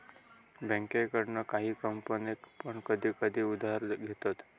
बँकेकडना काही कंपने पण कधी कधी उधार घेतत